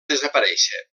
desaparèixer